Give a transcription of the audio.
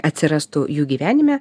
atsirastų jų gyvenime